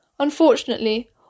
Unfortunately